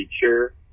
feature